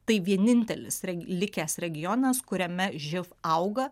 tai vienintelis likęs regionas kuriame živ auga